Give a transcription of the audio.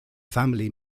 family